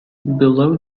below